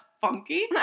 funky